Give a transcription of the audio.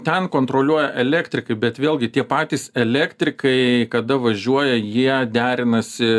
ten kontroliuoja elektrikai bet vėlgi tie patys elektrikai kada važiuoja jie derinasi